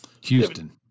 Houston